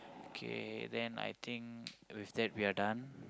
okay then I think with that we are done